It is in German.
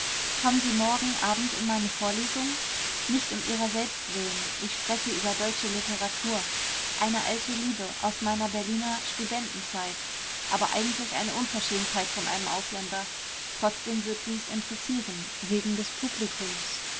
kommen sie morgen abend in meine vorlesung nicht um ihrer selbst willen ich spreche über deutsche literatur eine alte liebe aus meiner berliner studentenzeit aber eigentlich eine unverschämtheit von einem ausländer trotzdem wird sie's interessieren wegen des publikums